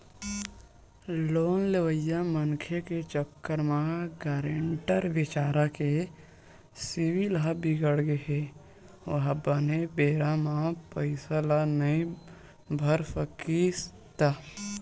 loan लेवइया मनखे के चक्कर म गारेंटर बिचारा के सिविल ह बिगड़गे हे ओहा बने बेरा म पइसा ल नइ भर सकिस त